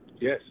Yes